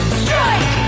strike